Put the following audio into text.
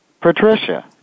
Patricia